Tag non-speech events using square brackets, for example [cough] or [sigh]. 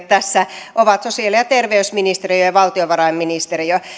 [unintelligible] tässä ovat sosiaali ja terveysministeriö ja ja valtiovarainministeriö